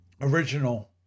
original